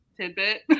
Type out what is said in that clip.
tidbit